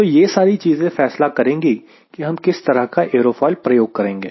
तो यह सारी चीजें फैसला करेंगी की हम किस तरह का एरोफोइल प्रयोग करेंगे